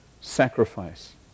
sacrifice